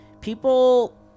people